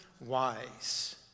Wise